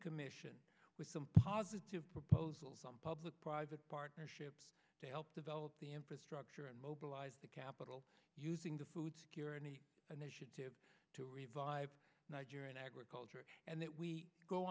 commission with some positive proposals some public private partnership to help develop the infrastructure and mobilize the capital using the food security initiative to revive nigerian agriculture and that we go